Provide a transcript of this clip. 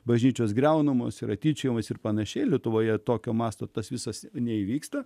bažnyčios griaunamos yra tyčiojamasi ir panašiai lietuvoje tokio masto tas visas neįvyksta